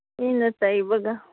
ꯃꯤꯅ ꯆꯩꯕꯒ